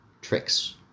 tricks